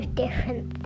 different